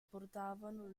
portavano